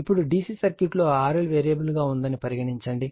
ఇప్పుడు DC circuit లో RL variable గా ఉందని పరిగణించండి